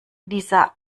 dieser